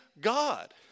God